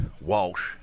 Walsh